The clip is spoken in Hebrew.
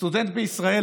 הסטודנט בישראל,